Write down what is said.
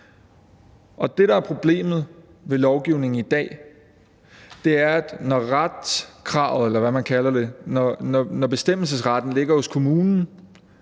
Det, der er problemet ved lovgivningen i dag, er, at når retskravet eller bestemmelsesretten ligger hos kommunen,